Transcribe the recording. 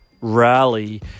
rally